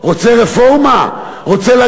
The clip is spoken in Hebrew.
רוצה רפורמה?